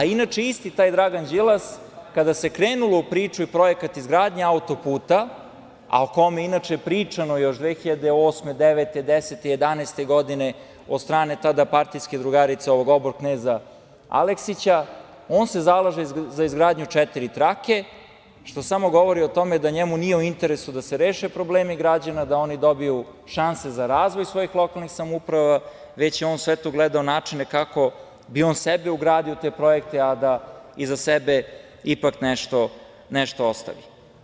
Inače, isti taj Dragan Đilas, kada se krenulo u priču i projekat izgradnje autoputa, a o kome je inače pričano još 2008, 2009, 2010, 2011. godine od strane tada partijske drugarice ovog obor kneza Aleksića, on se zalaže za izgradnju četiri trake, što samo govori o tome da njemu nije u interesu da se reše problemi građana da oni dobiju šanse za razvoj svojih lokalnih samouprava, već je on gledao načine kako bi on sebe ugradio u te projekte, a da iza sebe ipak nešto ostavi.